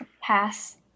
Pass